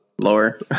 lower